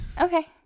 Okay